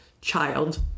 child